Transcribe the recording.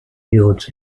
yields